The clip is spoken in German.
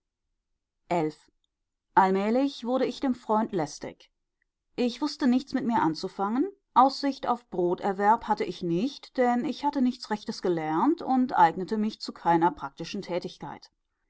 allmählich wurde ich dem freund lästig ich wußte nichts mit mir anzufangen aussicht auf broterwerb hatte ich nicht denn ich hatte nichts rechtes gelernt und eignete mich zu keiner praktischen tätigkeit